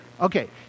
okay